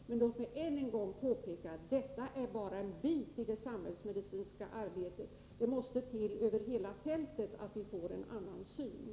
Och låt mig än en gång påpeka att detta bara är en bit av det samhällsmedicinska arbetet — det måste till en annan syn över hela fältet.